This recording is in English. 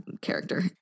character